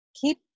keep